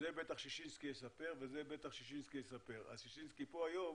זה בטח ששינסקי יספר, אז הוא פה היום